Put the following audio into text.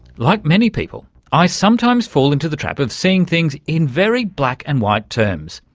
like many people i sometimes fall into the trap of seeing things in very black and white terms.